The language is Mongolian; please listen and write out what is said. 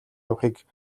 явахыг